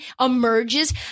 emerges